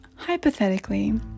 Hypothetically